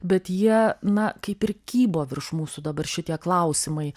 bet jie na kaip ir kybo virš mūsų dabar šitie klausimai